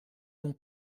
mon